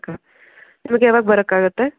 ನಿಮಗೆ ಯಾವಾಗ ಬರೋಕಾಗುತ್ತೆ